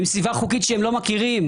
ועם סביבה חוקית שאינה מוכרת להם.